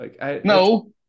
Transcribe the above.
No